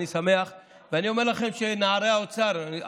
אני אומר לכם שנערי האוצר,